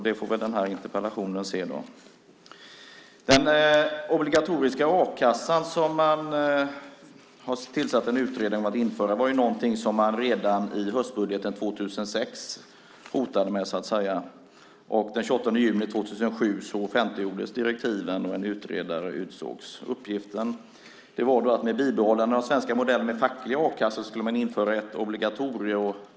Det får den här interpellationen ses som bevis på. Den obligatoriska a-kassan, som man tillsatt en utredning om att införa, var något man hotade med redan i höstbudgeten år 2006. Den 28 juni 2007 offentliggjordes direktivet och en utredare utsågs. Uppgiften var att man med ett bibehållande av den svenska modellen med facklig a-kassa skulle införa ett obligatorium.